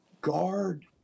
guard